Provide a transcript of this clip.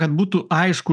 kad būtų aišku